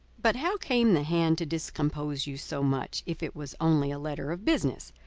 but how came the hand to discompose you so much, if it was only a letter of business?